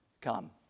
come